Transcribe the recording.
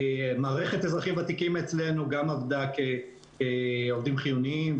מערכת אזרחים ותיקים אצלנו עבדה כעובדים חיוניים,